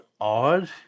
odd